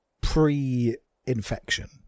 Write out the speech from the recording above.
pre-infection